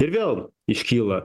ir vėl iškyla